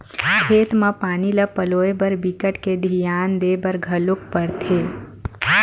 खेत म पानी ल पलोए बर बिकट के धियान देबर घलोक परथे